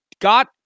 got